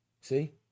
See